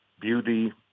beauty